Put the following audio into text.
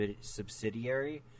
subsidiary